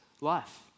life